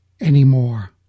anymore